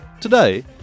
Today